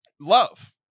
love